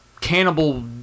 cannibal